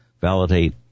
validate